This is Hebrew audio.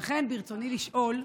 לכן ברצוני לשאול: